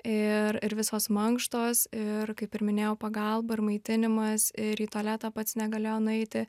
ir ir visos mankštos ir kaip ir minėjau pagalba ir maitinimas ir į tualetą pats negalėjo nueiti